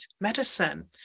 medicine